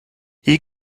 hier